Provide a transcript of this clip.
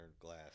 glass